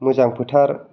मोजां फोथार